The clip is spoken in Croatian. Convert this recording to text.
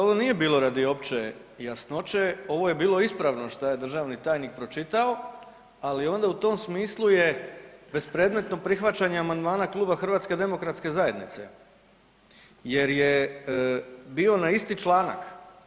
Ovo nije bilo radi opće jasnoće ovo je bilo ispravno šta je državni tajnik pročitao, ali onda u tom smislu je bespredmetno prihvaćanje amandmana Kluba HDZ-a jer je bio na isti članak.